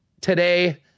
today